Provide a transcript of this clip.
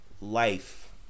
life